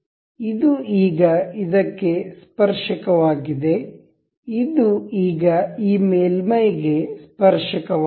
ಇದು ಈಗ ಇದಕ್ಕೆ ಸ್ಪರ್ಶಕವಾಗಿದೆ ಇದು ಈಗ ಈ ಮೇಲ್ಮೈಗೆ ಸ್ಪರ್ಶಕವಾಗಿದೆ